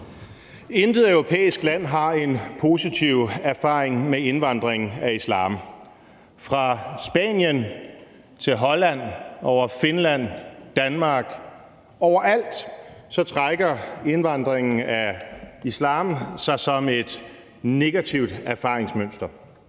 Intet europæisk land har en positiv erfaring med muslimsk indvandring. Fra Spanien til Holland over Finland og Danmark – overalt trækker den muslimske indvandring et negativt erfaringsmønster